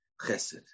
Chesed